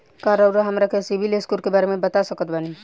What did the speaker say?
का रउआ हमरा के सिबिल स्कोर के बारे में बता सकत बानी?